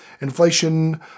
inflation